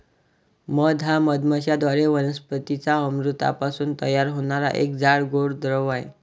मध हा मधमाश्यांद्वारे वनस्पतीं च्या अमृतापासून तयार होणारा एक जाड, गोड द्रव आहे